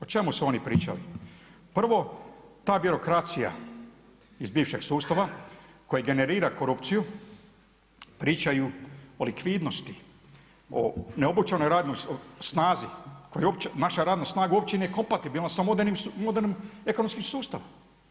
O čemu su oni pričali, prvo ta birokracija iz bivšeg sustava koji generira korupciju, pričaju o likvidnosti, o neobučenoj radnoj snazi koja uopće, naša radna snaga uopće nije kompatibilna sa modernim ekonomskim sustavom.